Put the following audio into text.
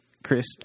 Chris